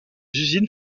usines